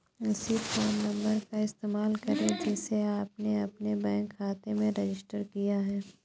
उसी phone number का इस्तेमाल करें जिसे आपने अपने बैंक खाते में रजिस्टर किया है